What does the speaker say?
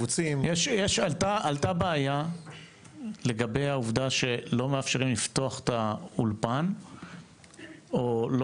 עלתה בעיה לגבי העובדה שלא מאפשרים לפתוח את האולפן או לא